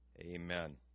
amen